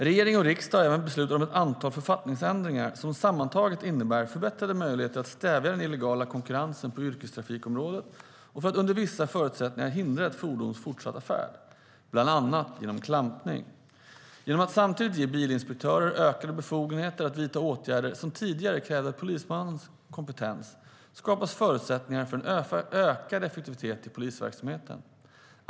Regering och riksdag har även beslutat om ett antal författningsändringar som sammantaget innebär förbättrade möjligheter att stävja den illegala konkurrensen på yrkestrafikområdet och för att under vissa förutsättningar hindra ett fordons fortsatta färd, bland annat genom klampning. Genom att samtidigt ge bilinspektörer ökade befogenheter att vidta åtgärder som tidigare krävde polismans kompetens skapas förutsättningar för en ökad effektivitet i polisverksamheten.